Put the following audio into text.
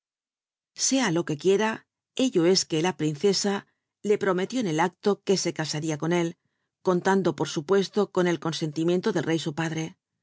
sea lo que quiera ello es que la prinrc a le prometió en el acto que se ca aria con él contando por supuc to con el consentimiento del rey u padre